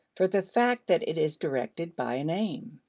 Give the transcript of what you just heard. for the fact that it is directed by an aim.